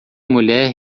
mulher